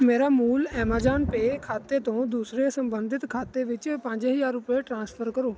ਮੇਰਾ ਮੂਲ Amazon Pay ਖਾਤੇ ਤੋਂ ਦੂਸਰੇ ਸੰਬੰਧਿਤ ਖਾਤੇ ਵਿੱਚ ਪੰਜ ਹਜ਼ਾਰ ਰੁਪਏ ਟ੍ਰਾਂਸਫਰ ਕਰੋ